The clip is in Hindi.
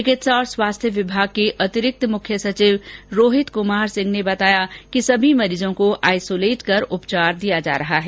चिंकित्सा और स्वास्थ्य विभाग के अतिरिक्त मुख्य सचिव रोहित कुमार सिंह ने बताया कि सभी मरीजों को आइसोलेट कर उपचार दिया जा रहा है